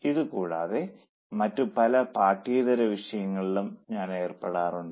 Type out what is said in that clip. ഇതു കൂടാതെ മറ്റു പല പാഠ്യേതര വിഷയങ്ങളിലും ഞാൻ ഏർപ്പെടാറുണ്ട്